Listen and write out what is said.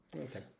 okay